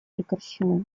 прекращены